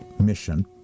mission